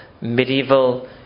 medieval